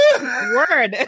word